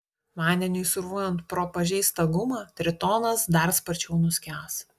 vandeniui srūvant pro pažeistą gumą tritonas dar sparčiau nuskęs